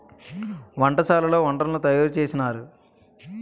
వంటశాలలో వంటలను తయారు చేసినారు